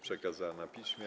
Przekazała je na piśmie.